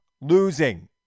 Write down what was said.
Losing